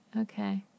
okay